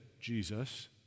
Jesus